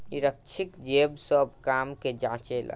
निरीक्षक जे सब काम के जांचे ला